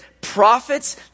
prophets